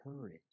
courage